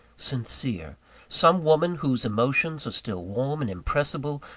sincere some woman whose emotions are still warm and impressible,